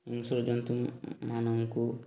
ହିଂସ୍ର ଜନ୍ତୁ ମାନଙ୍କୁ